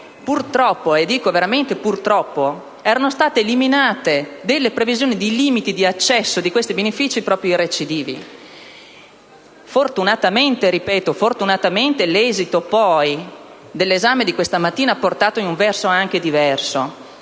purtroppo - dico veramente purtroppo - erano state eliminate delle previsioni dei limiti di accesso a questi benefici proprio ai recidivi. Fortunatamente - lo ripeto - l'esito dell'esame di questa mattina ha portato in una direzione diversa.